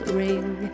ring